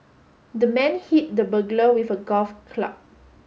the man hit the burglar with a golf club